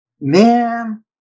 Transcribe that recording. man